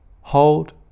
hold